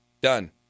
Done